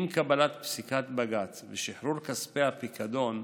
עם קבלת פסיקת בג"ץ ושחרור כספי הפיקדון,